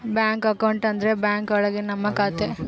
bank account ಅಂದ್ರೆ bank ಒಳಗ ನಮ್ ಖಾತೆ